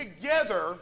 together